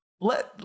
let